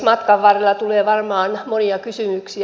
matkan varrella tulee varmaan monia kysymyksiä